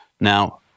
Now